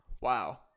Wow